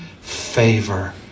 favor